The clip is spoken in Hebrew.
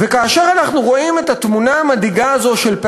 כאשר אנחנו רואים את התמונה המדאיגה הזאת,